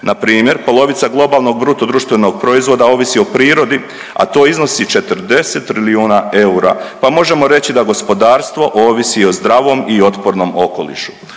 Na primjer, polovica globalnog bruto društvenog proizvoda ovisi o prirodi, a to iznosi 40 trilijuna eura, pa možemo reći da gospodarstvo ovisi o zdravom i otpornom okolišu.